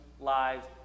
lives